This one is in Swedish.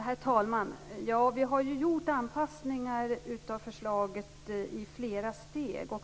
Herr talman! Vi har i flera steg gjort anpassningar av förslaget.